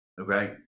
okay